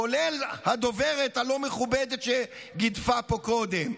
כולל הדוברת הלא-מכובדת שגידפה פה קודם.